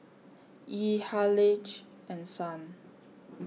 Yee Haleigh and Stan